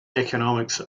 economics